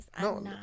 No